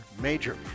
major